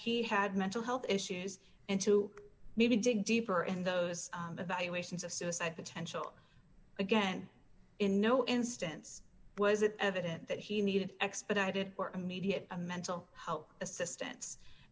he had mental health issues and to maybe dig deeper in those evaluations of suicide potential again in no instance was it evident that he needed expedited or immediate a mental health assistance